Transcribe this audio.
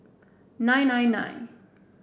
nine nine nine